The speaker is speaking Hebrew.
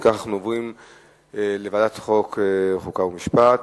חוק ומשפט.